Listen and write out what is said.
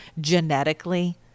genetically